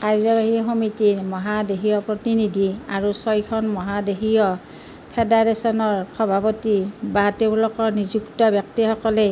কাৰ্যবাহী সমিতিয়ে মহাদেশীয় প্ৰতিনিধি আৰু ছয়খন মহাদেশীয় ফেডাৰেচনৰ সভাপতি বা তেওঁলোকৰ নিযুক্ত ব্যক্তিসকলে